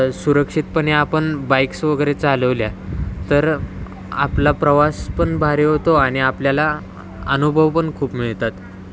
सुरक्षितपणे आपण बाईक्स वगैरे चालवल्या तर आपला प्रवास पण भारी होतो आणि आपल्याला अनुभव पण खूप मिळतात